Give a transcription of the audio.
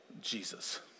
Jesus